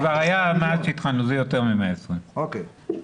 זה יותר מ-120 מיליון.